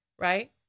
right